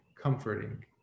comforting